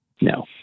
No